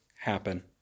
happen